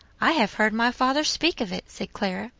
i have heard my father speak of it, said clara,